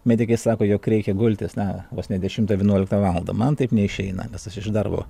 medikai sako jog reikia gultis na vos ne dešimtą vienuoliktą valandą man taip neišeina nes aš darbo